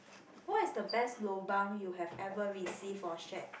what is the best lobang you have ever receive for share